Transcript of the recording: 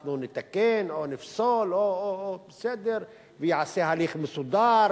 אנחנו נתקן או נפסול וייעשה הליך מסודר